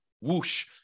whoosh